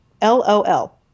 L-O-L